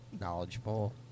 knowledgeable